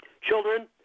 Children